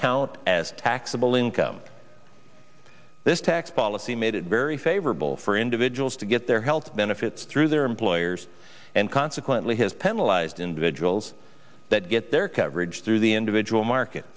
count as taxable income this tax policy made it very favorable for individuals to get their health benefits through their employers and consequently has penalize individuals that get their coverage through the individual market